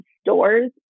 stores